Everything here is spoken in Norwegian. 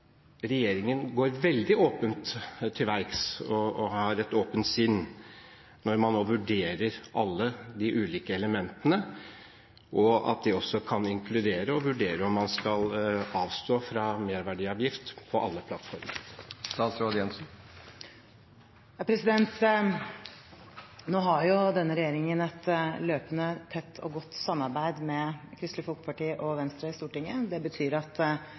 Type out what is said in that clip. regjeringen går veldig åpent til verks og har et åpent sinn når man nå vurderer alle de ulike elementene, og at det også kan inkludere å vurdere om man skal avstå fra merverdiavgift på alle plattformer. Nå har denne regjeringen et løpende tett og godt samarbeid med Kristelig Folkeparti og Venstre i Stortinget. Det betyr at